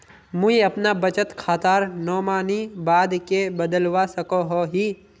मुई अपना बचत खातार नोमानी बाद के बदलवा सकोहो ही?